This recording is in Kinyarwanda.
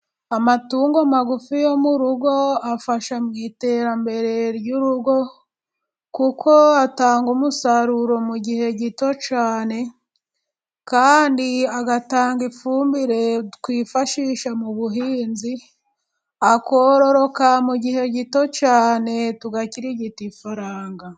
Amatungo magufi yo mu rugo afasha mu iterambere ry'urugo, kuko atanga umusaruro mu gihe gito cyane, kandi agatanga ifumbire twifashisha mu buhinzi ,akororoka mu gihe gito cyane ,tugakirigita ifaranga.